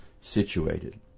situated